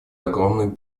огромным